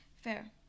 Fair